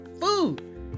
food